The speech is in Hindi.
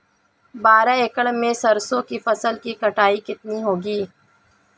बारह एकड़ में सरसों की फसल की कटाई कितनी होगी?